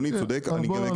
בוא,